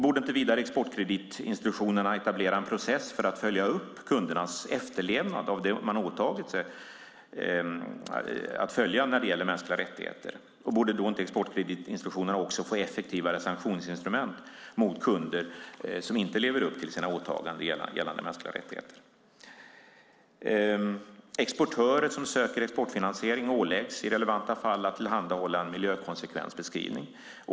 Borde inte exportkreditinstitutionerna också etablera en process för att följa upp kundernas efterlevnad av det de har åtagit sig att följa när det gäller mänskliga rättigheter? Och borde då inte exportkreditinstitutionerna också få effektivare sanktionsinstrument mot kunder som inte lever upp till sina åtaganden gällande mänskliga rättigheter? Exportörer som söker exportfinansiering åläggs i relevanta fall att tillhandahålla en miljökonsekvensbeskrivning.